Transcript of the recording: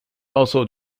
also